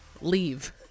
leave